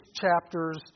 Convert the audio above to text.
chapters